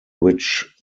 which